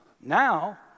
Now